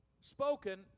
spoken